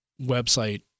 website